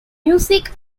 music